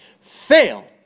Fail